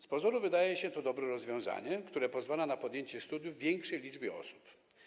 Z pozoru wydaje się to dobre rozwiązanie, które pozwala na podjęcie studiów większej liczbie osób.